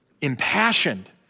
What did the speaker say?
impassioned